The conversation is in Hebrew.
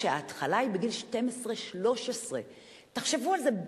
שההתחלה היא בגיל 12 13. תחשבו על זה,